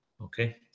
okay